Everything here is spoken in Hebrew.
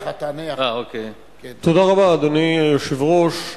אדוני היושב-ראש.